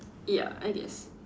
ya I guess